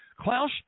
Klaus